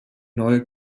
neue